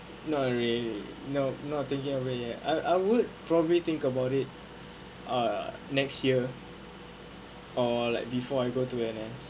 not really no not thinking over it yet I I would probably think about it uh next year or like before I go to N_S